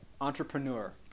Entrepreneur